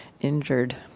injured